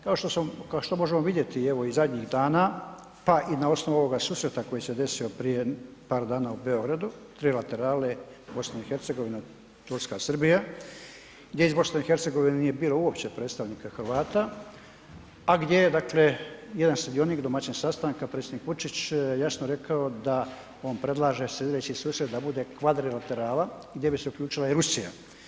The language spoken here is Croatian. Kao što sam, kao što možemo vidjeti evo i zadnjih dana, pa i na osnovu ovog susreta koji se desio prije par dana u Beogradu, trilaterale BiH, Turska, Srbija gdje iz BiH nije uopće bilo predstavnika Hrvata, a gdje je dakle jedan sudionik domaćin sastanka predsjednik Vučić jasno rekao da on predlaže slijedeći susret da bude kvadrilaterala gdje bi se uključila i Rusija.